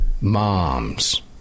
moms